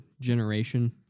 generation